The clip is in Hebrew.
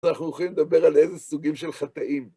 אנחנו הולכים לדבר על איזה סוגים של חטאים.